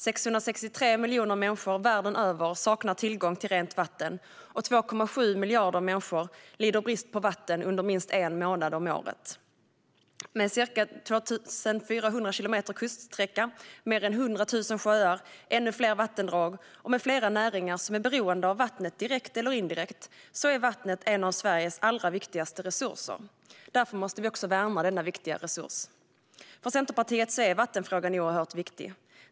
663 miljoner människor världen över saknar tillgång till rent vatten, och 2,7 miljarder människor lider av brist på vatten under minst en månad om året. Med Sveriges ca 2 400 kilometer kuststräcka, mer än 100 000 sjöar och ännu fler vattendrag samt flera näringar som direkt eller indirekt är beroende av vatten är vattnet en av våra allra viktigaste resurser. Därför måste vi också värna den. För Centerpartiet är vattenfrågan oerhört viktig.